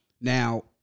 Now